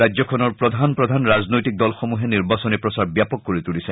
ৰাজ্যখনৰ প্ৰধান প্ৰধান ৰাজনৈতিক দলসমহে নিৰ্বাচনী প্ৰচাৰ ব্যাপক কৰি তুলিছে